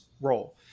role